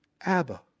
Abba